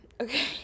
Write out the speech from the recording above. okay